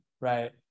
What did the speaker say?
right